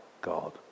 God